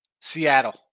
Seattle